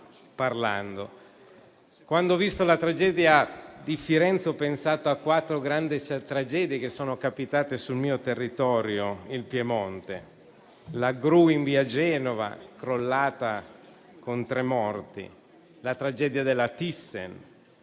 Quando ho visto la tragedia di Firenze, ho pensato a quattro grandi tragedie che sono capitate sul mio territorio, il Piemonte: la gru in via Genova, crollata con tre morti; la tragedia della ThyssenKrupp;